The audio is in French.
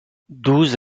douze